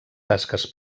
tasques